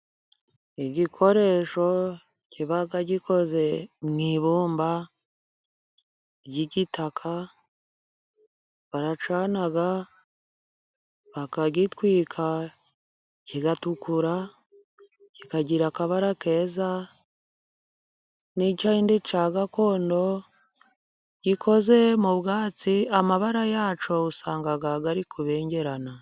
Igikoresho kiba gikoze mu ibumba ry'igitaka, baracana bakagitwika, kigatukura, kikagira akabara keza, n'ikindi cya gakondo gikoze mu bwatsi, amabara yacyo usanga ari kubengerana.